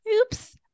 oops